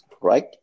right